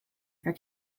for